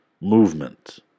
movement